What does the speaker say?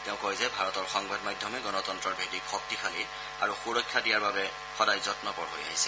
তেওঁ কয় যে ভাৰতৰ সংবাদ মাধ্যমে গণতন্ত্ৰৰ ভেটিক শক্তিশালী আৰু সুৰক্ষা দিয়াৰ বাবে সদা যন্নপৰ হৈ আহিছে